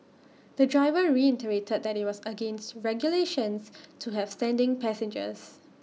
the driver reiterated that IT was against regulations to have standing passengers